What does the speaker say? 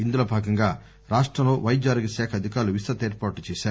ఇందులో భాగంగా రాష్టంలో పైద్యారోగ్యాశాఖ అధికారులు విస్తృత ఏర్పాట్లు చేశారు